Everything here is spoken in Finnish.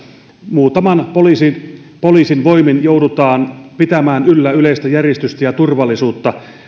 muutaman poliisin voimin joudutaan pitämään yllä yleistä järjestystä ja turvallisuutta